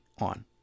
on